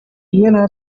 rimwe